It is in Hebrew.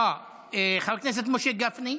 אה, חבר הכנסת משה גפני?